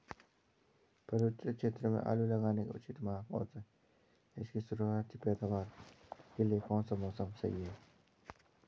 पर्वतीय क्षेत्रों में आलू लगाने का उचित माह कौन सा है इसकी शुरुआती पैदावार के लिए कौन सा मौसम सही है?